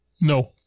No